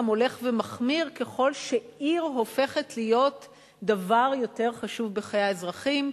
גם הולך ומחמיר ככל שעיר הופכת להיות דבר יותר חשוב בחיי האזרחים.